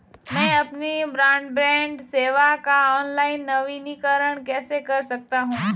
मैं अपनी ब्रॉडबैंड सेवा का ऑनलाइन नवीनीकरण कैसे कर सकता हूं?